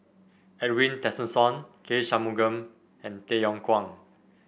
Edwin Tessensohn K Shanmugam and Tay Yong Kwang